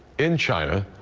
in china.